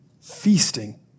feasting